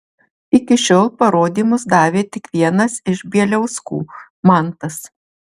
iki šiol parodymus davė tik vienas iš bieliauskų mantas